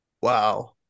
Wow